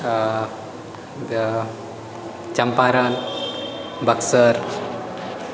आ आ चम्पारण बक्सर